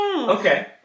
Okay